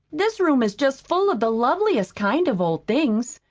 this room is just full of the loveliest kind of old things,